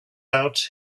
out